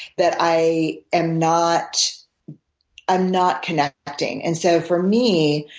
that i am not am not connecting. and so for me,